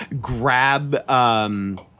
grab